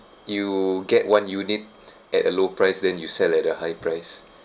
you get one unit at a low price then you sell at a high price